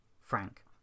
Frank